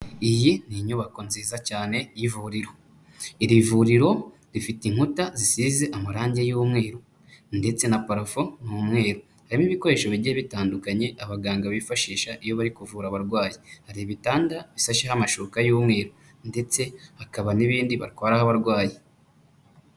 Iyi ni inyubako nziza cyane y'ivuriro, iri vuriro rifite inkuta zisize amarangi y'umweru ndetse na parafo ni umweru, harimo ibikoresho bigiye bitandukanye abaganga bifashisha iyo bari kuvura abarwayi, hari ibitanda bishasheho amashuka y'umweru ndetse hakaba n'ibindi batwaraho abarwayi.